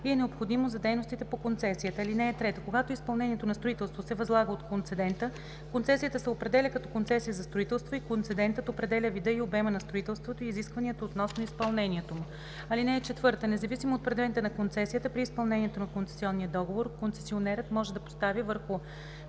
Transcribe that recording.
и е необходимо за дейностите по концесията. (3) Когато изпълнението на строителство се възлага от концедента, концесията се определя като концесия за строителство и концедентът определя вида и обема на строителството и изискванията относно изпълнението му. (4) Независимо от предмета на концесията, при изпълнението на концесионния договор концесионерът може да поставя върху